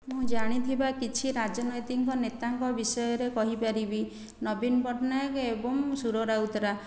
ମୁଁ ଜାଣିଥିବା କିଛି ରାଜନୈତିକ ନେତାଙ୍କ ବିଷୟରେ କହିପାରିବି ନବୀନ ପଟ୍ଟନାୟକ ଏବଂ ସୁର ରାଉତରାୟ